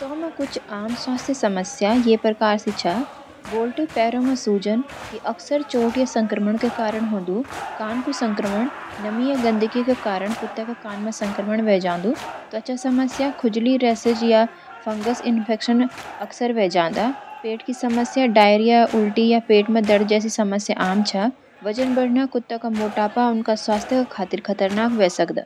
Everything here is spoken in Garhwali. कुत्तों में कुछ आम स्वास्थ्य समस्याएँ ये प्रकार सी छ: बोल्ट (पैरों में सूजन) - यह अक्सर चोट या संक्रमण के कारण होंदु। कान कु संक्रमण - नमी या गंदगी के कारण कुत्ते के कान में संक्रमण वे जांदू। त्वचा समस्याएँ - खुजली, रैशेज, या फंगस इन्फेक्शन अक्सर वे जादा।